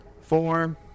four